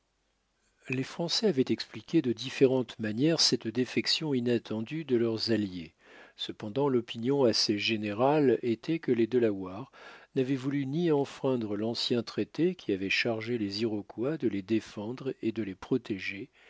les français avaient expliqué de différentes manières cette défection inattendue de leurs alliés cependant l'opinion assez générale était que les delawares n'avaient voulu ni enfreindre l'ancien traité qui avait chargé les iroquois de les défendre et de les protéger